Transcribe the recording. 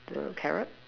the carrot